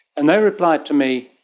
and they replied to me,